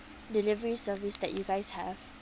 delivery service that you guys have